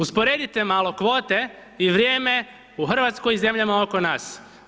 Usporedite malo kvote i vrijeme u Hrvatskoj i zemljama oko nas.